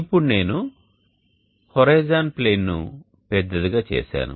ఇప్పుడు నేను హోరిజోన్ ప్లేన్ను పెద్దదిగా చేసాను